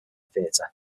theater